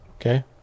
okay